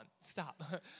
stop